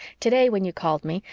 today, when you called me,